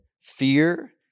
fear